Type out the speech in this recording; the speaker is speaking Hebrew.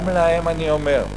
גם להם אני אומר: